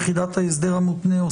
יחידת ההסדר המותנה,